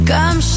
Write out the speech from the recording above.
Come